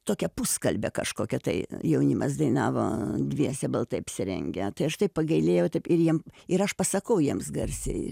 tokia puskalbė kažkokia tai jaunimas dainavo dviese baltai apsirengę tai aš taip pagailėjau taip ir jiem ir aš pasakau jiems garsiai